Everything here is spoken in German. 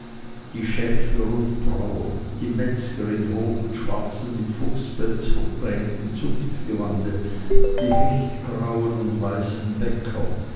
die schäffler und brauer die metzger in rot und schwarzem mit fuchspelz verbrämtem zunftgewande die hechtgrauen und weißen bäcker